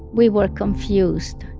we were confused.